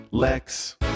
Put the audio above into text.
Lex